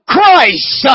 Christ